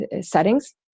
settings